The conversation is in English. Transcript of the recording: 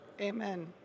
Amen